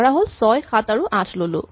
ধৰাহ'ল আমি ৬ ৭ আৰু ৮ ল'লো